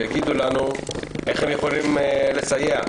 שיגידו לנו איך הם יכולים לסייע.